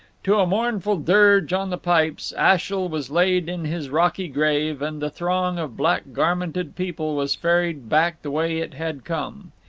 to a mournful dirge on the pipes, ashiel was laid in his rocky grave, and the throng of black-garmented people was ferried back the way it had come.